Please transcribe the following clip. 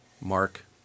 Mark